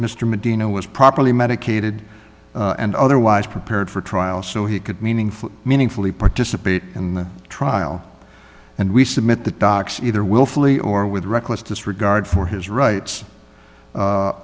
mr medina was properly medicated and otherwise prepared for trial so he could meaningful meaningfully participate in the trial and we submit that docs either willfully or with reckless disregard for his rights u